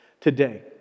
today